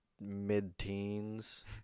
mid-teens